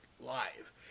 live